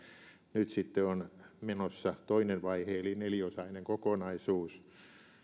nyt sitten on menossa toinen vaihe eli neliosainen kokonaisuus